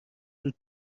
زود